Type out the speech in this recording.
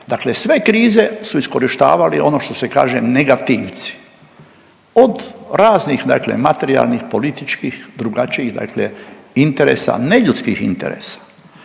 dakle sve krize su iskorištavali ono što se kaže negativci od raznih materijalnih, političkih, drugačijih interesa ne ljudskih interesa.